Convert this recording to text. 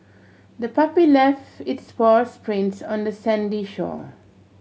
the puppy left its paws prints on the sandy shore